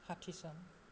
ষাঠী চন